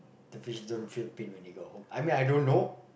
the fish don't feel pain when they got hook I mean I don't know